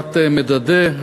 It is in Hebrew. קצת מדדה,